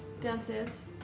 downstairs